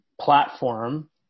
platform